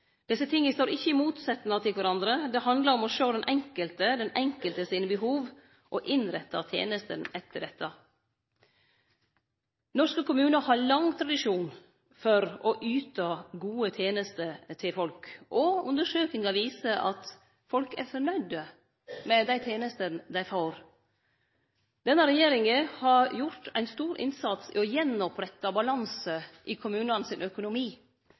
Desse tinga står ikkje i motsetnad til kvarandre. Det handlar om å sjå den enkelte, den enkelte sine behov, og innrette tenestene etter dette. Norske kommunar har lang tradisjon for å yte gode tenester til folk, og undersøkingar viser at folk er fornøgde med dei tenestene dei får. Denne regjeringa har gjort ein stor innsats i å gjenopprette balanse i kommunane sin økonomi.